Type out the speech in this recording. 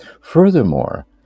Furthermore